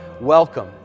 welcome